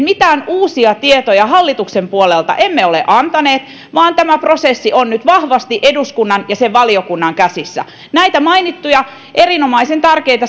mitään uusia tietoja hallituksen puolelta emme ole antaneet vaan tämä prosessi on nyt vahvasti eduskunnan ja sen valiokunnan käsissä näihin mainittuihin erinomaisen tärkeisiin